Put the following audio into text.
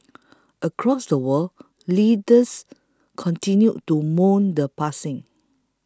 across the world leaders continued to mourn the passing